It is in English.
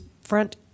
front